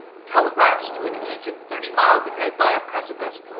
telegraphs to an agent, thirty miles a-head by a precipice,